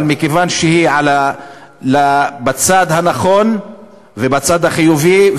מכיוון שהיא בצד הנכון ובצד החיובי,